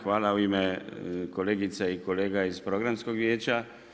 Hvala u ime kolegica i kolega iz Programskog vijeća.